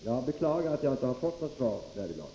Jag beklagar att jag inte har fått något svar därvidlag.